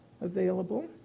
available